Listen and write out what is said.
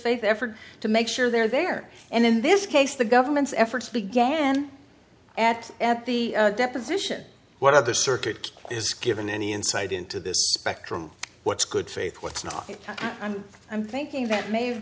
faith effort to make sure they're there and in this case the government's efforts began at at the deposition one of the circuit is given any insight into this spectrum what's good faith what's not i'm i'm thinking that may have